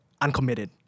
uncommitted